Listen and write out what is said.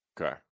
Okay